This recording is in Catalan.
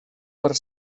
per